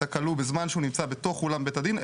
הכלוא בזמן שהוא נמצא בתוך אולם בית הדין,